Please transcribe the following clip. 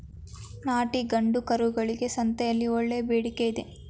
ನಾಟಿ ಗಂಡು ಕರುಗಳಿಗೆ ಸಂತೆಯಲ್ಲಿ ಒಳ್ಳೆಯ ಬೇಡಿಕೆಯಿದೆ